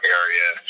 area